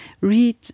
read